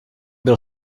byl